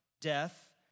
death